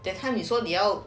that time 你说你要